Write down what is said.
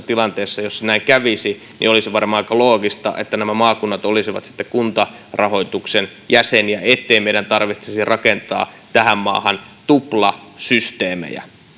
tilanteessa jossa näin kävisi olisi varmaan aika loogista että nämä maakunnat olisivat kuntarahoituksen jäseniä ettei meidän tarvitsisi rakentaa tähän maahan tuplasysteemejä